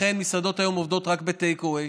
ולכן מסעדות היום עובדות היום רק ב-take away,